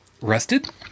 rusted